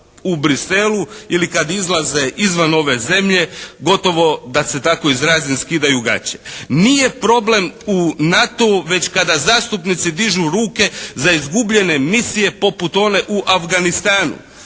u Bruxellesu ili kad izlaze izvan ove zemlje, gotovo da se tako izrazim skidaju gaće. Nije problem u NATO-u, već kada zastupnici dižu ruke za izgubljene misije poput one u Afganistanu.